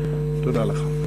תודה לך.